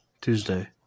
Tuesday